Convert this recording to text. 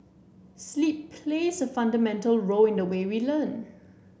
sleep plays a fundamental role in the way we learn